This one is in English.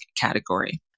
category